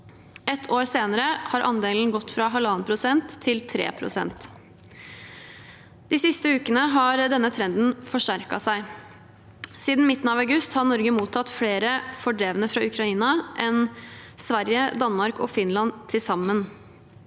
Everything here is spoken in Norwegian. Ett år senere har andelen gått fra 1,5 pst. til 3 pst. De siste ukene har denne trenden forsterket seg. Siden midten av august har Norge mottatt flere fordrevne fra Ukraina enn Sverige, Danmark og Finland til sammen.